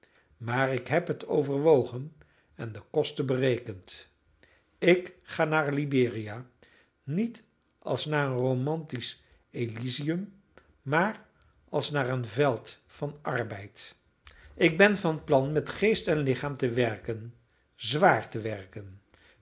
maar ik heb het overwogen en de kosten berekend ik ga naar liberia niet als naar een romantisch elysium maar als naar een veld van arbeid ik ben van plan met geest en lichaam te werken zwaar te werken te werken